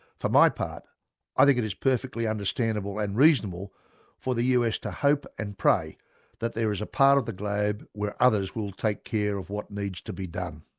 for my part i think it is perfectly understandable and reasonable for the us to hope and pray that there is a part of the globe where others will take care of what needs to be done.